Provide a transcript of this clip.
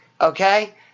Okay